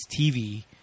TV